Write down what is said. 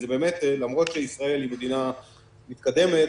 למרות שישראל היא מדינה מתקדמת.